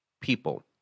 people